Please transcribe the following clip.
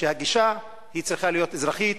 שהגישה צריכה להיות אזרחית,